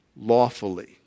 lawfully